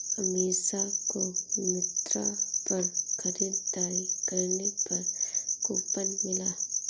अमीषा को मिंत्रा पर खरीदारी करने पर कूपन मिला